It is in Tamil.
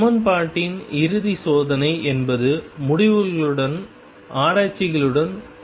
சமன்பாட்டின் இறுதி சோதனை என்பது முடிவுகளுடன் ஆராய்ச்சிகளுடன் பொருந்துகிறது